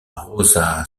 roça